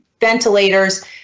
ventilators